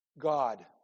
God